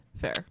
fair